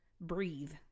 breathe